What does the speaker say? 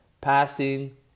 passing